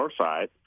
Northside